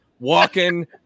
Walking